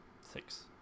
Six